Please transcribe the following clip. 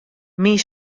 myn